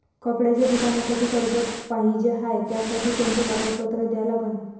कपड्याच्या दुकानासाठी कर्ज पाहिजे हाय, त्यासाठी कोनचे कागदपत्र द्या लागन?